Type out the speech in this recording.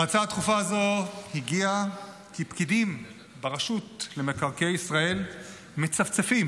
ההצעה הדחופה הזאת הגיעה כי פקידים ברשות למקרקעי ישראל מצפצפים